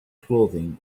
clothing